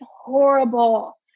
horrible